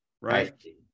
Right